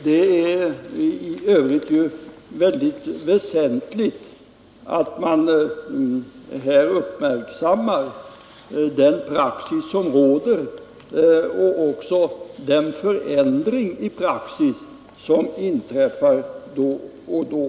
I övrigt är det ju väldigt väsentligt att man uppmärksammar den praxis som råder och också den förändring i praxis som inträffar då och då.